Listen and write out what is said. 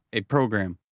a program.